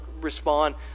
respond